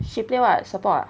she play what support ah